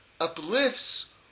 uplifts